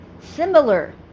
similar